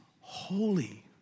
holy